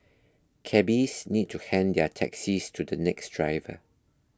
cabbies need to hand their taxis to the next driver